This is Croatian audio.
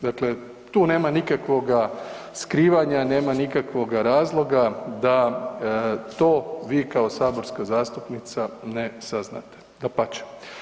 Dakle, tu nema nikakvoga skrivanja, nema nikakvoga razloga da to vi kao saborska zastupnica ne saznate, dapače.